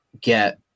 get